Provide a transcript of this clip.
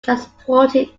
transported